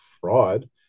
fraud